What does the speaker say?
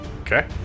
Okay